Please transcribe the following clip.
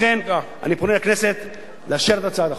לכן אני פונה לכנסת בבקשה לאשר את הצעת החוק.